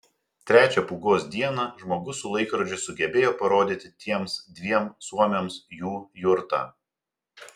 trečią pūgos dieną žmogus su laikrodžiu sugebėjo parodyti tiems dviem suomiams jų jurtą